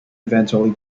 eventually